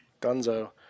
Gunzo